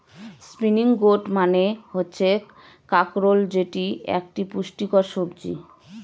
spiny gourd মানে হচ্ছে কাঁকরোল যেটি একটি পুষ্টিকর সবজি